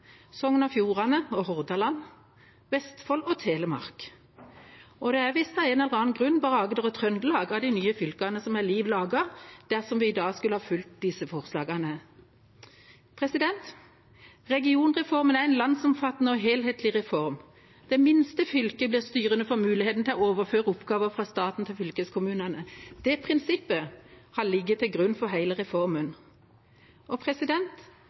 Sogn og Fjordane og Hordaland; og Vestfold og Telemark. Det er visst, av en eller annen grunn, bare Agder og Trøndelag av de nye fylkene som er liv laga, dersom vi i dag skulle ha fulgt disse forslagene. Regionreformen er en landsomfattende og helhetlig reform. Det minste fylket blir styrende for muligheten til å overføre oppgaver fra staten til fylkeskommunene. Det prinsippet har ligget til grunn for hele reformen.